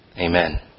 Amen